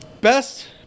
Best